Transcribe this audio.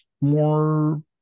more